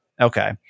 Okay